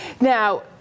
Now